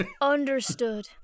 Understood